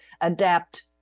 adapt